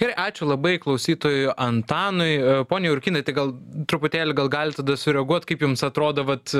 gerai ačiū labai klausytojui antanui pone jurkynai tai gal truputėlį gal galit tada sureaguot kaip jums atrodo vat